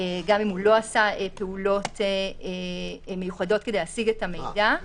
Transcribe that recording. גם אם הוא לא עשה פעולות מיוחדות כדי להשיג את המידע.